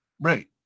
Right